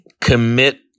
commit